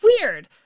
weird